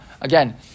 Again